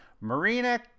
Marina